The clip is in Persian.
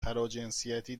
تراجنسی